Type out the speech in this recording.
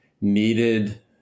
needed